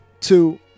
two